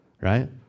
Right